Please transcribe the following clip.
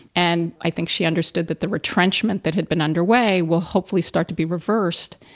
and i think she understood that the retrenchment that had been underway will hopefully start to be reversed.